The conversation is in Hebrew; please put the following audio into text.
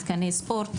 מתקני ספורט.